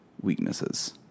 weaknesses